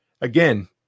again